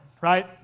right